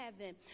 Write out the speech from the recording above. heaven